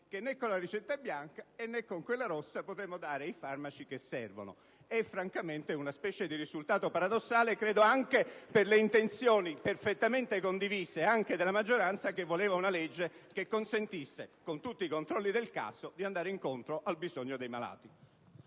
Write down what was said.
che né con la ricetta bianca né con quella rossa potremo dare i farmaci che servono. È francamente una specie di risultato paradossale *(Applausi dal Gruppo* *PD)*, anche per le intenzioni perfettamente condivise dalla maggioranza, che voleva una legge che consentisse, con tutti i controlli necessari, di andare incontro al bisogno dei malati.